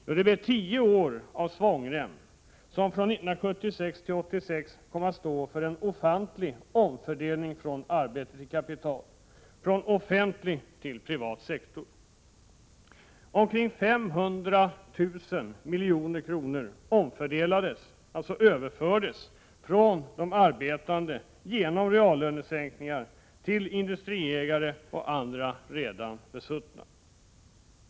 Jo, det blev tio år av svångrem, som från 1976 till 1986 kom att stå för en ofantlig omfördelning från arbete till kapital, från offentlig till privat sektor. Omkring 500 000 milj.kr. omfördelades — överfördes — från de arbetande genom reallönesänkningar till industriägare och andra redan besuttna.